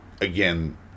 Again